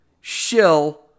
shill